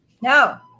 No